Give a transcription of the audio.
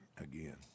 again